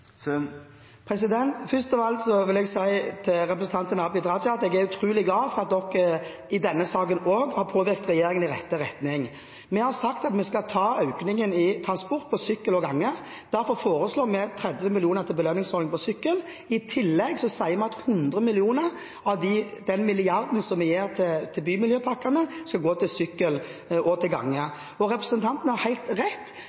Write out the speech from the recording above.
folkehelse? Først av alt vil jeg si til representanten Abid Q. Raja at jeg er utrolig glad for at Venstre også i denne saken har påvirket regjeringen i rett retning. Vi har sagt at vi i transportsektoren skal ha en økning når det gjelder gang- og sykkelveier. Derfor foreslår vi 30 mill. kr til belønningsordningen for sykkel. I tillegg sier vi at 100 mill. kr av den milliarden som vi gir til bymiljøpakkene, skal gå til gang- og sykkelveier. Representanten har helt rett